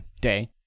day